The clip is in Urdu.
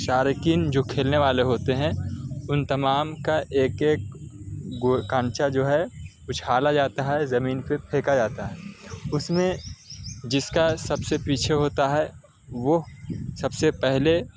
شارقین جو کھیلنے والے ہوتے ہیں ان تمام کا ایک ایک کانچا جو ہے اچھالا جاتا ہے زمین پہ پھینکا جاتا ہے اس میں جس کا سب سے پیچھے ہوتا ہے وہ سب سے پہلے